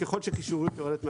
ככול שהקישוריות יורדת מהשולחן,